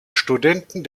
studenten